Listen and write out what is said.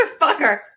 motherfucker